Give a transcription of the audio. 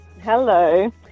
Hello